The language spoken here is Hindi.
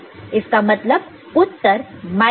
इसका मतलब उत्तर माइनस 3 है